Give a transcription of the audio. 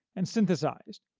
and synthesized,